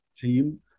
team